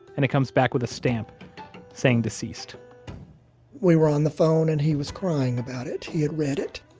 and it comes back with a stamp saying deceased we were on the phone, and he was crying about it. he had read it.